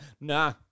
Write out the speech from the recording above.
nah